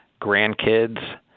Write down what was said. grandkids